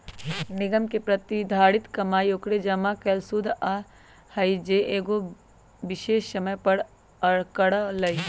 निगम के प्रतिधारित कमाई ओकर जमा कैल शुद्ध आय हई जे उ एगो विशेष समय पर करअ लई